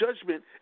judgment